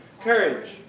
Courage